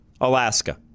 Alaska